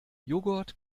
joghurt